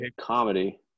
comedy